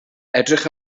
edrych